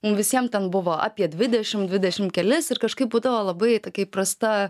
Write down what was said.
mum visiem ten buvo apie dvidešim dvidešim kelis ir kažkaip būdavo labai tokia įprasta